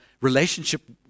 relationship